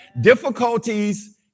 Difficulties